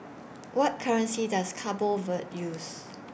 What currency Does Cabo Verde use